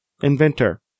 inventor